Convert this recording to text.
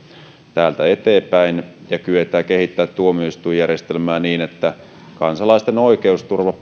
täältä eteenpäin ja kyetään kehittämään tuomioistuinjärjestelmää niin että kansalaisten oikeusturva